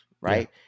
right